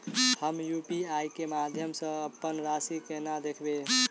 हम यु.पी.आई केँ माध्यम सँ अप्पन राशि कोना देखबै?